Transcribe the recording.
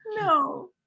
No